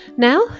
Now